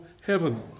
heaven